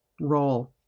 role